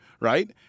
Right